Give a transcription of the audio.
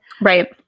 Right